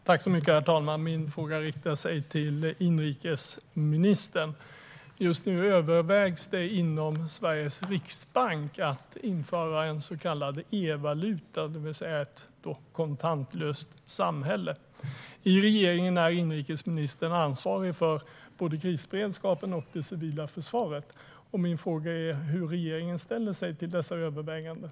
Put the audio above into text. Herr talman! Min fråga är riktad till inrikesministern. Just nu övervägs det inom Sveriges riksbank att införa en så kallad evaluta, det vill säga ett kontantlöst samhälle. I regeringen är inrikesministern ansvarig för både krisberedskapen och det civila försvaret. Min fråga är hur regeringen ställer sig till dessa överväganden.